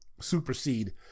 supersede